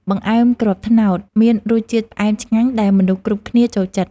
បង្អែមគ្រាប់ត្នោត មានរសជាតិផ្អែមឈ្ងុយដែលមនុស្សគ្រប់គ្នាចូលចិត្ត។